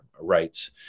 rights